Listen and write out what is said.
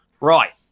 right